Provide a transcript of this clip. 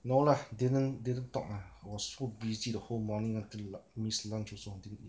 no lah didn't didn't talk lah I was so busy the whole morning until I miss lunch also I didn't eat